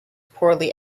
poorly